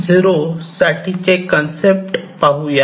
0 साठीचे काही कन्सेप्ट पाहूया